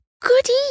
Goody